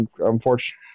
unfortunately